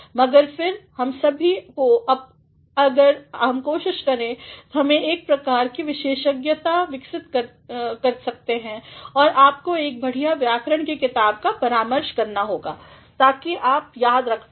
मगर फिर हम सभी को अगर हम कोशिश करें हम एक प्रकार की विशेषज्ञता विकसित क्र सकते हैं और आपको एक बढ़िया व्याकरण की किताबको परामर्श करना होगा ताकि आप याद रख पाएं